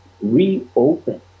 reopen